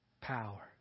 power